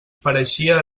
pareixia